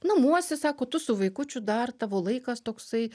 namuose sako tu su vaikučiu dar tavo laikas toksai